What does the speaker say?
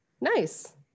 Nice